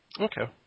Okay